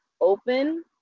open